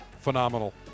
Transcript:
Phenomenal